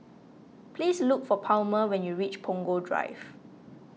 please look for Palmer when you reach Punggol Drive